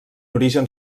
origen